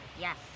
Yes